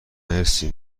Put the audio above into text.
مرسی